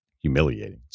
humiliating